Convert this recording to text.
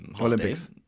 Olympics